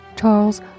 Charles